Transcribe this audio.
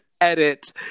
edit